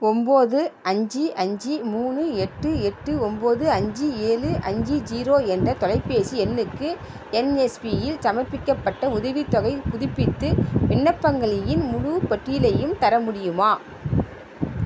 ஒன்பது அஞ்சு அஞ்சு மூணு எட்டு எட்டு ஒன்பது அஞ்சு ஏழு அஞ்சு ஜீரோ என்ற தொலைபேசி எண்ணுக்கு என்எஸ்பியில் சமர்ப்பிக்கப்பட்ட உதவித்தொகைப் புதுப்பித்து விண்ணப்பங்களின் முழுப்பட்டியலையும் தர முடியுமா